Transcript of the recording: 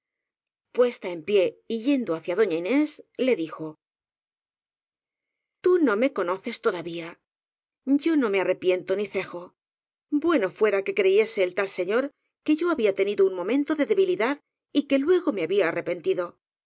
puesta en pie y yendo hacia doña inés le dijo t ú no me conoces todavía yo no me arre piento ni cejo bueno fuera que creyese el tal se ñor que yo había tenido un momento de debilidad y que luego me había arrepentido